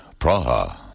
Praha